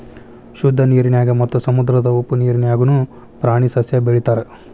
ಶುದ್ದ ನೇರಿನ್ಯಾಗ ಮತ್ತ ಸಮುದ್ರದ ಉಪ್ಪ ನೇರಿನ್ಯಾಗುನು ಪ್ರಾಣಿ ಸಸ್ಯಾ ಬೆಳಿತಾರ